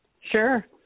Sure